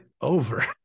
over